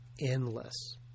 endless